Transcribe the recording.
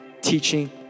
teaching